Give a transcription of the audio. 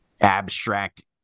abstract